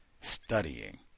studying